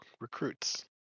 recruits